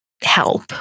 help